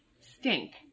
stink